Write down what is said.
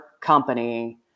company